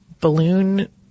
balloon